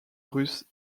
russe